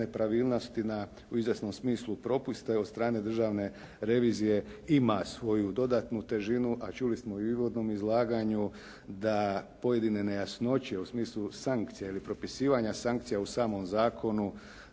nepravilnosti u izvjesnom smislu propuste od strane Državne revizije ima svoju dodatnu težinu, a čuli smo i u uvodnom izlaganju da pojedine nejasnoće u smislu sankcija ili propisivanja sankcija u samom zakonu,